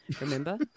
Remember